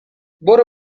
برو